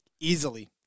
Easily